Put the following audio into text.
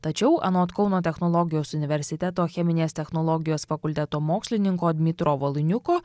tačiau anot kauno technologijos universiteto cheminės technologijos fakulteto mokslininko dmytro volyniuko